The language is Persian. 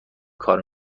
کار